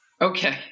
Okay